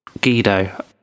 Guido